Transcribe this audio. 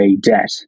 debt